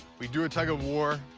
we do a tug of war,